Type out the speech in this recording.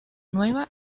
nueva